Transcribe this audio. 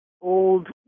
old